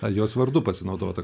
a jos vardu pasinaudota